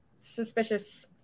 suspicious